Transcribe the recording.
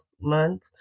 month